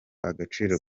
agaciro